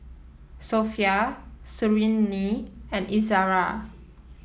Sofea Suriani and Izara